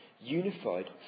unified